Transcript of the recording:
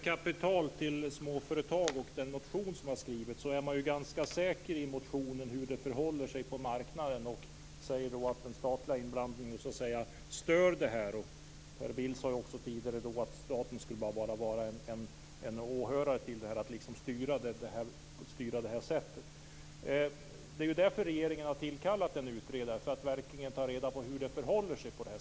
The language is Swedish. Fru talman! När det gäller kapital till småföretag kan jag säga att man i motionen är ganska säker på hur det förhåller sig på marknaden. Man skriver att den statliga inblandningen stör detta. Per Bill sade tidigare att staten bara skall vara en åhörare och inte styra. Regeringen har tillkallat en utredare för att verkligen ta reda på hur det förhåller sig.